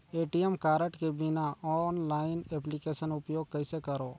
ATM card के बिना online application उपयोग कइसे करो?